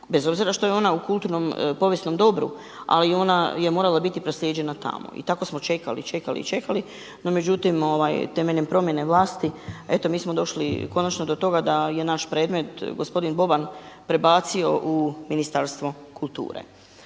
bez obzira što je ona u kulturnom povijesnom dobru ali ona je morala biti proslijeđena tamo. I tako smo čekali, čekali i čekali no međutim temeljem promjene vlasti eto mi smo došli konačno do toga da je naš predmet gospodin Boban prebacio u Ministarstvo kulture.